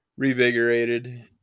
revigorated